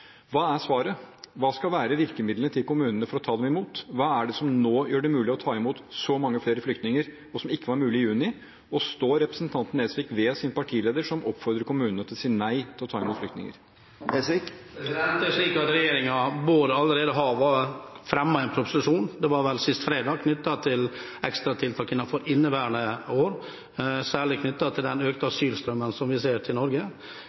Hva er svaret? Hva skal være virkemidlene til kommunene for å ta dem imot? Hva er det som nå gjør det mulig å ta imot så mange flere flyktninger, noe som ikke var mulig i juni? Og står representanten Nesvik ved sin partileder, som oppfordrer kommunene til å si nei til å ta imot flyktninger? Regjeringen har allerede fremmet en proposisjon – det var vel sist fredag – knyttet til ekstratiltak i inneværende år, særlig knyttet til den økte asylstrømmen som vi ser til Norge.